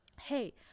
hey